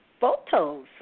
photos